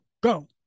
go